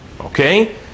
Okay